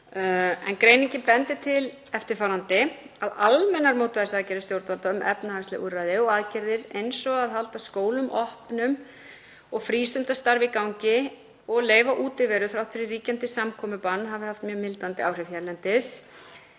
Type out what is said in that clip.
en greiningin bendi til eftirfarandi: Almennar mótvægisaðgerðir stjórnvalda um efnahagsleg úrræði og aðgerðir eins og að halda skólum opnum og frístundastarfi í gangi og leyfa útiveru þrátt fyrir ríkjandi samkomubann hafi haft mjög mildandi áhrif hérlendis.